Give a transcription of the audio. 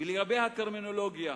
ולגבי הטרמינולוגיה.